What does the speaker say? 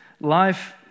Life